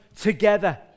together